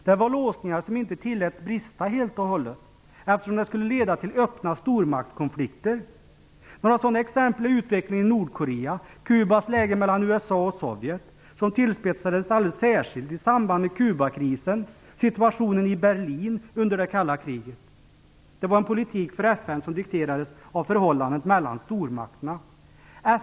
Det var låsningar som inte helt och hållet tilläts brista, eftersom detta skulle ha lett till öppna stormaktskonflikter. Några exempel på detta är utvecklingen i Nordkorea, Kuba med sitt läge mellan USA och Sovjetunionen - ett läge som tillspetsades alldeles särskilt i samband med Kubakrisen - samt situationen i Berlin under det kalla kriget. FN:s politik dikterades av förhållandet mellan stormakterna.